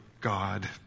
God